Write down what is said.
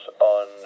on